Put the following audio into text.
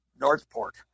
Northport